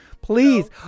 Please